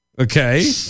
Okay